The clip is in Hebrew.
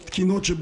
דקות.